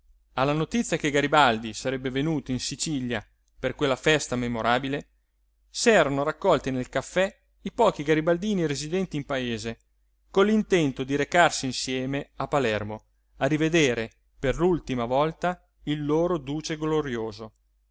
alla notizia che garibaldi sarebbe venuto in sicilia per quella festa memorabile s'erano raccolti nel caffè i pochi garibaldini residenti in paese con l'intento di recarsi insieme a palermo a rivedere per l'ultima volta il loro duce glorioso